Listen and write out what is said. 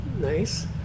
nice